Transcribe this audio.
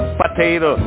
potato